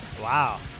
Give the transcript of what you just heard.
Wow